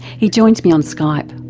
he joins me on skype.